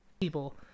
people